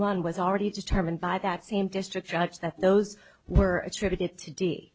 one was already determined by that same district judge that those were attributed to d